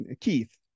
Keith